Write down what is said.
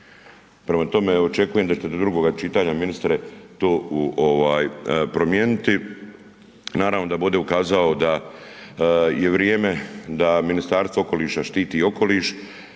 Prema tome očekujem da ćete do drugoga čitanja ministre to promijeniti. Naravno da bih ovdje ukazao da je vrijeme da Ministarstvo okoliša štiti okoliš.